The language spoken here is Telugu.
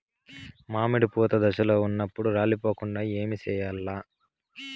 మామిడి పూత దశలో ఉన్నప్పుడు రాలిపోకుండ ఏమిచేయాల్ల?